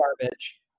garbage